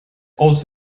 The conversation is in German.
aus